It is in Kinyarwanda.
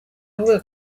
avuga